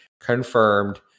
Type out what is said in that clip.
confirmed